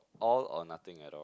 all or nothing at all